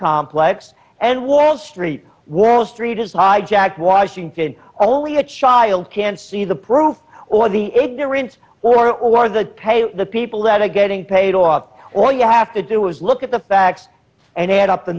complex and wall street wall street is high jacked washington only a child can see the proof or the ignorant or or the pay the people that are getting paid off or you have to do is look at the facts and add up the